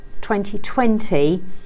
2020